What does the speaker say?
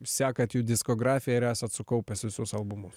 sekat jų diskografiją ir esat sukaupęs visus albumus